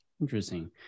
interesting